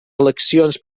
eleccions